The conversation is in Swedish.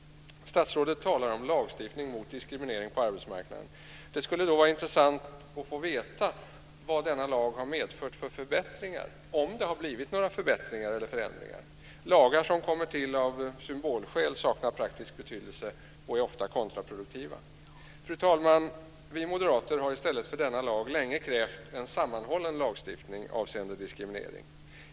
Statsrådet talar om lagstiftning mot diskriminering på arbetsmarknaden. Det skulle vara intressant att få veta vilka förbättringar som denna lag har medfört, om det har blivit några förbättringar eller förändringar. Lagar som kommer till av symbolskäl saknar praktisk betydelse och är ofta kontraproduktiva. Fru talman! Vi moderater har i stället för denna lag länge krävt en sammanhållen lagstiftning avseende diskriminering.